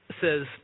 says